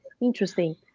Interesting